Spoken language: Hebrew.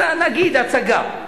נגיד, הצגה.